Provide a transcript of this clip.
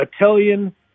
Italian